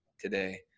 today